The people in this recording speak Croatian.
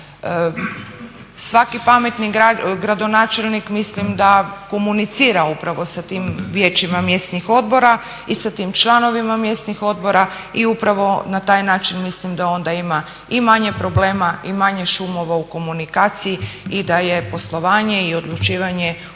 Svaki pametni gradonačelnik mislim da komunicira upravo sa tim vijećima mjesnih odbora i sa tim članovima mjesnih odbora. I upravo na taj način mislim da onda ima i manje problema i manje šumova u komunikaciji i da je poslovanje i odlučivanje u toj